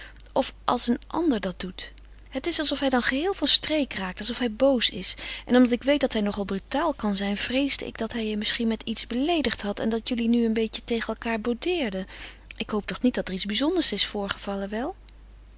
of als een ander dat doet het is alsof hij dan geheel van streek raakt alsof hij boos is en omdat ik weet dat hij nogal brutaal kan zijn vreesde ik dat hij je misschien met iets beleedigd had en dat jullie nu een beetje tegen elkaâr boudeerden ik hoop toch niet dat er iets bijzonders is voorgevallen wel